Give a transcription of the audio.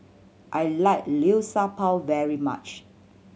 I like Liu Sha Bao very much